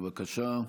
בבקשה.